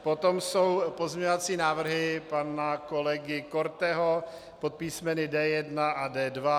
Potom jsou pozměňovací návrhy pana kolegy Korteho pod písmeny D1 a D2.